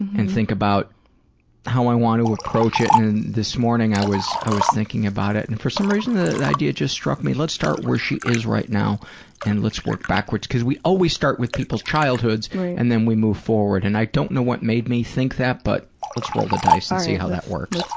and think about how i want to approach it. this morning i was i was thinking about it, and for some reason, the idea just struck me let's start where she is right now and let's work backwards, cause we always start with people's childhoods and then we move forward. and i don't know what made me think that, but let's roll the dice and see how that works.